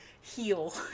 heal